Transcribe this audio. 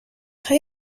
های